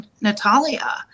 Natalia